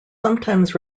sometimes